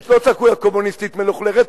הם לא צעקו לה: קומוניסטית מלוכלכת,